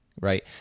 Right